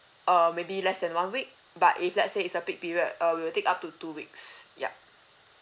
err maybe less than one week but if let's say it's a peak period err we will take up to two weeks yup